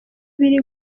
biri